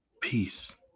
peace